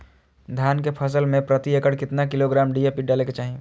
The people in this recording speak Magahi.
धान के फसल में प्रति एकड़ कितना किलोग्राम डी.ए.पी डाले के चाहिए?